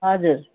हजुर